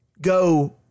go